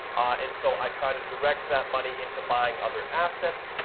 and so i try to direct that money into buying other assets.